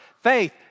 Faith